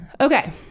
okay